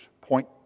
point